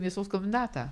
mėsos kombinatą